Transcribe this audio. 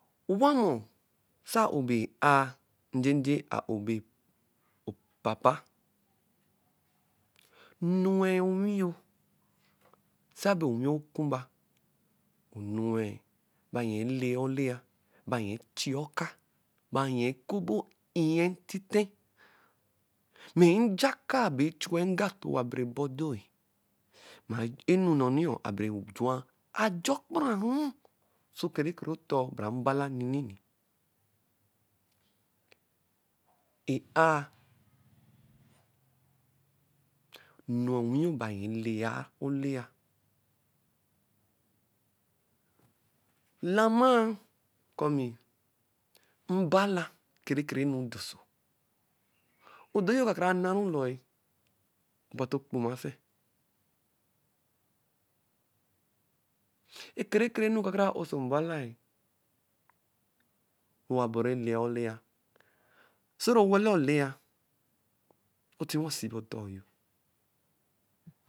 Wamor sabe abe bae arh dende awo bae old papa nue owinyo sabe owinokun ba, nue bayen olao laeya, bayrn tieka bayen entitien. May njakai re toan ye abera bodo ah, anu noni aberajuan ajo kparanru, laolaye, lama kor mbala kere kere nu do so, odoyo kakra na ru loo but okpomafe, ekere kere nu ka dare oso mbala yee, wa borun laelaya. Sare owala olaya, otiwo sibi otoyo